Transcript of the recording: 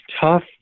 tough